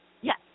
yes